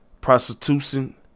prostitution